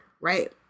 Right